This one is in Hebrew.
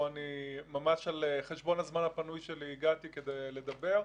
פה אני ממש על חשבון הזמן הפנוי שלי הגעתי כדי לדבר.